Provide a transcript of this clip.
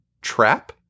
Trap